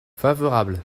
favorable